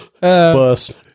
bust